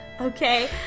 Okay